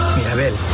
Mirabel